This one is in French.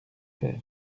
faire